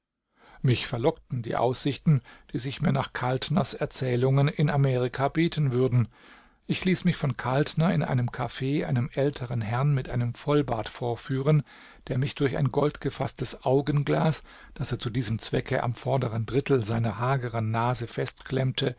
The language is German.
mich verlockten die aussichten die sich mir nach kaltners erzählungen in amerika bieten würden ich ließ mich von kaltner in einem caf einem älteren herrn mit einem vollbart vorführen der mich durch ein goldgefaßtes augenglas das er zu diesem zwecke am vorderen drittel seiner hageren nase